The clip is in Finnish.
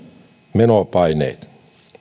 menopaineet